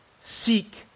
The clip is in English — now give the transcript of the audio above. seek